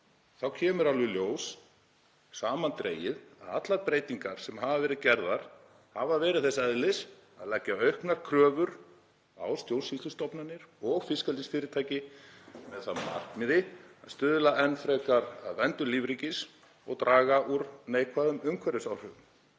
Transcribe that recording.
þá kemur alveg í ljós samandregið að allar breytingar sem hafa verið gerðar hafa verið þess eðlis að leggja auknar kröfur á stjórnsýslustofnanir og fiskeldisfyrirtæki með það að markmiði að stuðla enn frekar að verndun lífríkis og draga úr neikvæðum umhverfisáhrifum.